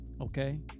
okay